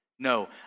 No